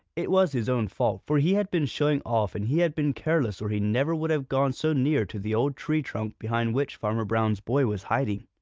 it was his own fault, for he had been showing off and he had been careless or he never would have gone so near to the old tree trunk behind which farmer brown's boy was hiding.